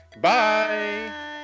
Bye